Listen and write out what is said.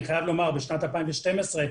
בשנת 2012,